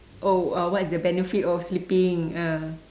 oh uh what is the benefit of sleeping ah